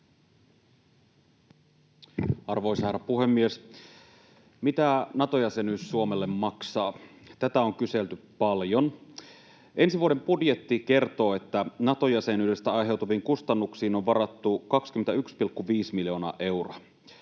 Arvoisa herra puhemies! Mitä Nato-jäsenyys Suomelle maksaa? Tätä on kyselty paljon. Ensi vuoden budjetti kertoo, että Nato-jäsenyydestä aiheutuviin kustannuksiin on varattu 21,5 miljoonaa euroa.